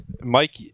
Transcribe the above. Mike